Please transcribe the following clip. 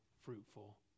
fruitful